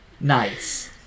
Nice